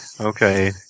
okay